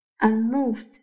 Unmoved